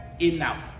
enough